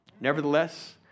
Nevertheless